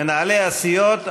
מנהלי הסיעות,